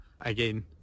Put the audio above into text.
again